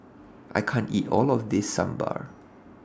I can't eat All of This Sambar